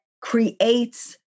creates